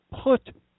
put